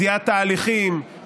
זיהה תהליכים,